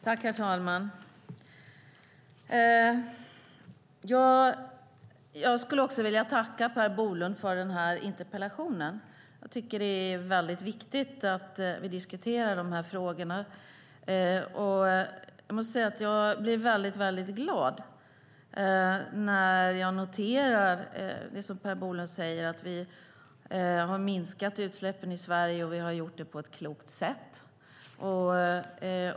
Herr talman! Jag skulle vilja tacka Per Bolund för interpellationen. Jag tycker att det är väldigt viktigt att vi diskuterar de här frågorna. Jag måste säga att jag blir väldigt glad när jag noterar, som Per Bolund säger, att vi har minskat utsläppen i Sverige och att vi har gjort det på ett klokt sätt.